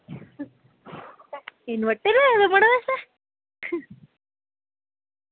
inverter लाये दा मड़ो असें